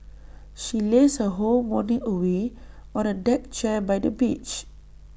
she lazed her whole morning away on A deck chair by the beach